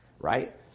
right